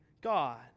God